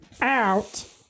out